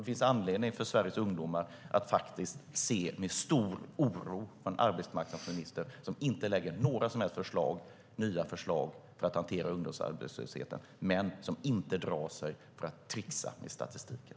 Det finns anledning för Sveriges ungdomar att se med stor oro på en arbetsmarknadsminister som inte lägger fram några som helst nya förslag för att hantera ungdomsarbetslösheten men som inte drar sig för att tricksa med statistiken.